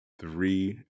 three